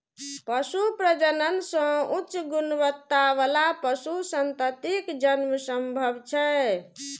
पशु प्रजनन सं उच्च गुणवत्ता बला पशु संततिक जन्म संभव छै